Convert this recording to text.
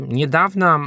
niedawna